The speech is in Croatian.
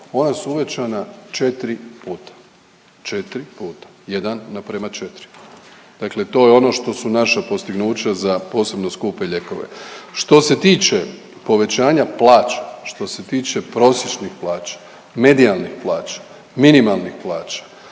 ona su uvećana 4 puta, 4 puta. 1:4. Dakle to je ono što su naša postignuća za posebno skupe lijekove. Što se tiče povećanja plaća, što se tiče prosječnih plaća, medijalnih plaća, minimalnih plaća,